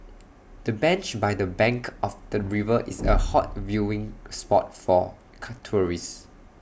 the bench by the bank of the river is A hot viewing spot for tourists